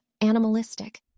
animalistic